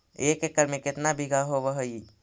एक एकड़ में केतना बिघा होब हइ?